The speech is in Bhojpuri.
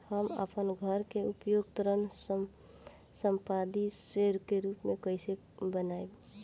हम अपन घर के उपयोग ऋण संपार्श्विक के रूप में कईले बानी